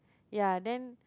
ya then